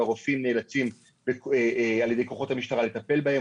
והרופאים נאלצים על ידי כוחות המשטרה לטפל בהם.